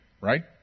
right